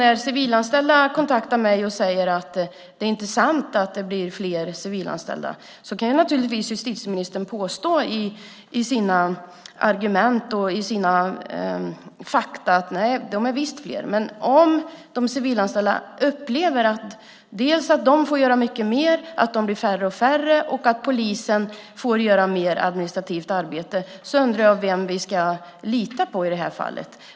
När civilanställda kontaktar mig och säger att det inte är sant att de blivit fler kan justitieministern naturligtvis påstå att de visst är fler. Men om de civilanställda upplever att de får göra mycket mer, att de blir färre och färre och att polisen får göra mer administrativt arbete undrar jag vem vi i det fallet ska lita på.